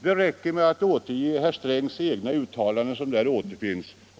Det räcker med att återge herr Strängs egna uttalanden, som där återfinns.